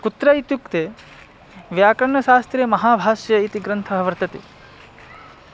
कुत्र इत्युक्ते व्याकरणशास्त्रे महाभाष्यम् इति ग्रन्थः वर्तते